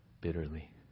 bitterly